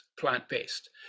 plant-based